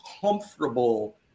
comfortable